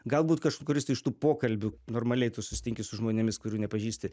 galbūt kažkuris iš tų pokalbių normaliai tu susitinki su žmonėmis kurių nepažįsti